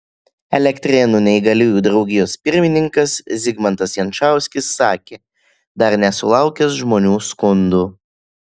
elektrėnų neįgaliųjų draugijos pirmininkas zigmantas jančauskis sakė dar nesulaukęs žmonių skundų